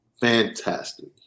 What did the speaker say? Fantastic